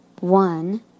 One